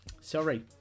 Sorry